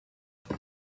tres